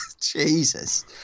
Jesus